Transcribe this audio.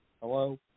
Hello